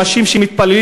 אנשים שמתפללים,